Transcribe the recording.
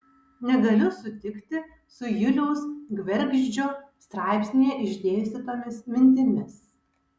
negaliu sutikti su juliaus gvergždžio straipsnyje išdėstytomis mintimis